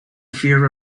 fear